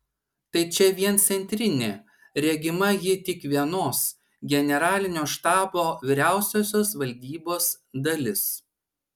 tai čia vien centrinė regima ji tik vienos generalinio štabo vyriausiosios valdybos dalis